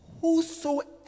Whosoever